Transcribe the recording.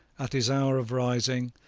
at his hour of rising,